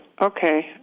Okay